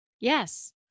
Yes